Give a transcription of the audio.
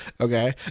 okay